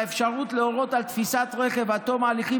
האפשרות להורות על תפיסת רכב עד תום ההליכים